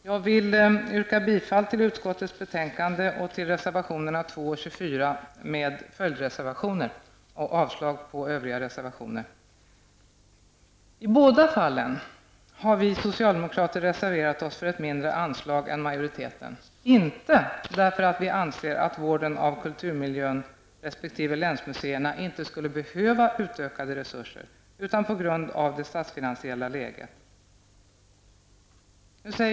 Jag vill yrka bifall till utskottets hemställan och till reservationerna 2 och 24 samt följdreservationerna och avslag på övriga reservationer. I båda fallen har vi socialdemokrater reserverat oss för ett mindre anslag än majoriteten -- inte därför att vi anser att vården av kulturmiljön resp. länsmuseerna inte skulle behöva utökade resurser utan på grund av det statsfinansiella läget.